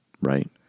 right